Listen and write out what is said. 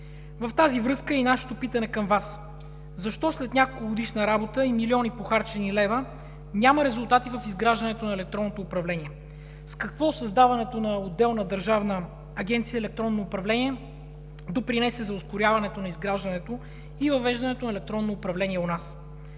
В тази връзка е и нашето питане към Вас: защо след няколкогодишна работа и милиони похарчени левове няма резултати в изграждането на електронното управление? С какво създаването на отделна Държавна агенция „Електронно управление“ допринесе за ускоряването на изграждането и въвеждането на електронно управление у нас?